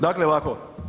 Dakle, ovako.